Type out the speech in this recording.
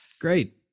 Great